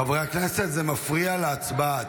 חברי הכנסת, זה מפריע להצבעה.